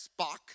Spock